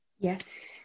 Yes